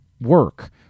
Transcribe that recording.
work